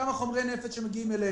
כמה חומרי נפץ מגיעים אלינו.